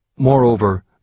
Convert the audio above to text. moreover